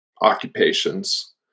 occupations